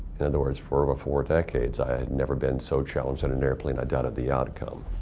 in other words, for over four decades, i had never been so challenged in an airplane i doubted the outcome.